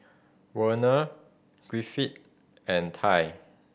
Werner Griffith and Tye